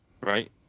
right